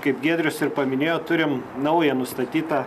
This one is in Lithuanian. kaip giedrius ir paminėjo turim naują nustatytą